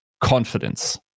confidence